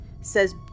says